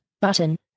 button